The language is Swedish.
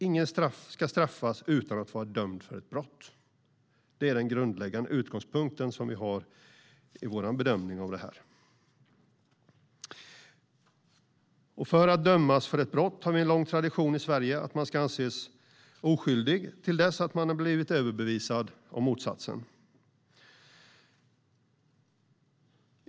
Ingen ska straffas utan att vara dömd för ett brott - det är vår grundläggande utgångspunkt i vår bedömning av det här. Och i fråga om att dömas för ett brott har vi en lång tradition i Sverige. Man ska anses oskyldig till dess att motsatsen har bevisats.